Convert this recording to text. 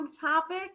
topic